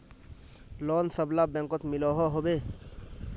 Loan सबला बैंकोत मिलोहो होबे?